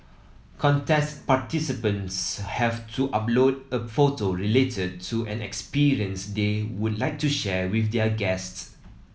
contest participants have to upload a photo related to an experience they would like to share with their guests